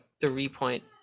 three-point